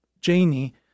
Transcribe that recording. Janie